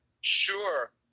sure